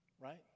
right